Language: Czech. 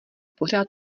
pořád